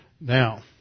Now